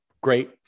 great